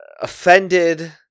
Offended